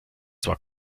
zwar